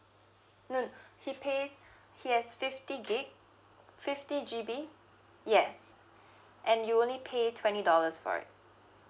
no no it pays it have fifty gig fifty G_B yes and you only pay twenty dollars for it